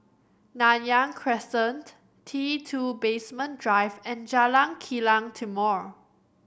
Nanyang Crescent T Two Basement Drive and Jalan Kilang Timor